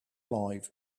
life